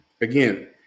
again